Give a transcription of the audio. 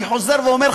אני חוזר ואומר,